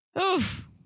oof